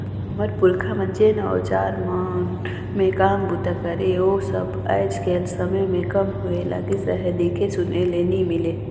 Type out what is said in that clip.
हमर पुरखा मन जेन अउजार मन मे काम बूता करे ओ सब आएज कर समे मे कम होए लगिस अहे, देखे सुने ले नी मिले